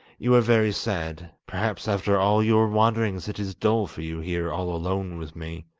you are very sad perhaps after all your wanderings it is dull for you here all alone with me.